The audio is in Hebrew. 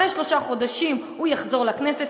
אחרי שלושה חודשים הוא יחזור לכנסת,